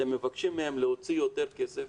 אתם מבקשים מהם להוציא יותר כסף